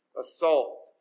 assault